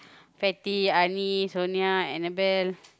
fatty Ani sonia Annabelle